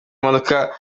imodoka